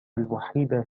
الوحيدة